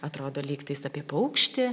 atrodo lyg tais apie paukštį